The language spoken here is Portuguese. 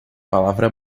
palavra